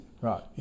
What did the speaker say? Right